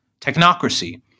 technocracy